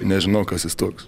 nežinau kas jis toks